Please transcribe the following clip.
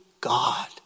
God